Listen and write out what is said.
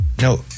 No